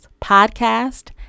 podcast